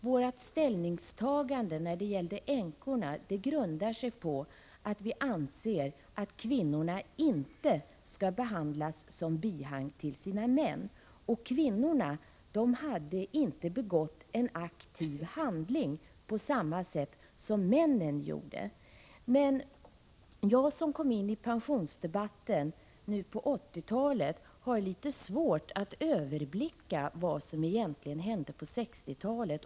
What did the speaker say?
Vårt ställningstagande när det gäller änkorna grundar sig på att vi anser att kvinnorna inte skall behandlas som bihang till sina män, och kvinnorna hade inte begått en aktiv handling på samma sätt som männen gjorde. Men jag som kom in i pensionsdebatten nu på 1980-talet harlitet svårt att överblicka vad som egentligen hände på 1960-talet.